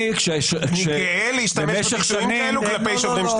אני גאה להשתמש בביטויים כאלה כלפי שוברים שתיקה.